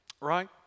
right